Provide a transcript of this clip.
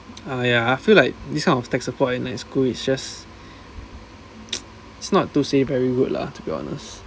oh ya I feel like this kind of tech support in my school is just it's not to say very good lah to be honest